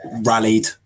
rallied